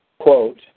Quote